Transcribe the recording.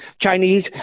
Chinese